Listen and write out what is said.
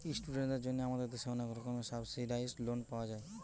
ইস্টুডেন্টদের জন্যে আমাদের দেশে অনেক রকমের সাবসিডাইসড লোন পাওয়া যায়